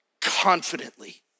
confidently